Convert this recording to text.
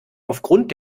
aufgrund